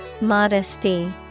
Modesty